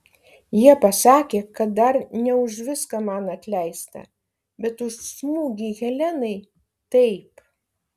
jie pasakė kad dar ne už viską man atleista bet už smūgį helenai taip